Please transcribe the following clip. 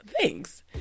Thanks